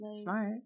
smart